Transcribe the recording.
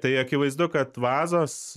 tai akivaizdu kad vazos